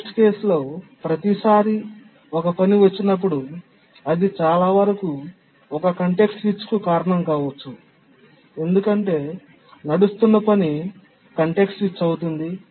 చెత్త సందర్భంలో ప్రతిసారీ ఒక పని వచ్చినప్పుడు అది చాలావరకు ఒక కాంటెక్స్ట్ స్విచ్కు కారణం కావచ్చు ఎందుకంటే నడుస్తున్న పని కాంటెక్స్ట్ స్విచ్ అవుతుంది